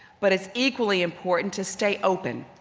but it's equally important to stay open,